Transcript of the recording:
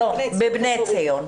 בבני ציון.